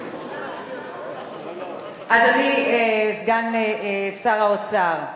אדוני סגן שר האוצר,